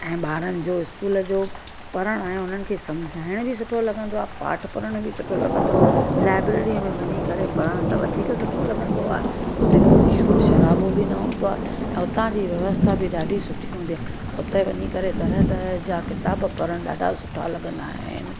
ऐं ॿारनि जो इस्कूल जो पढ़णु ऐं उन्हनि खे समुझाइणु बि सुठो लॻंदो आहे पाठु पढ़णु बि सुठो लॻंदो आहे लाइब्ररीअ में वञी करे पढ़णु त वधीक सुठो लॻंदो आहे उते कोई शोर शराबो बि न हूंदो आहे ऐं उतां जी व्यवस्था बि ॾाढी सुठी हूंदी आहे उते वञी करे तरह तरह जा किताब पढ़णु ॾाढा सुठा लॻंदा आहिनि